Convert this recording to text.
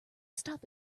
stop